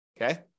Okay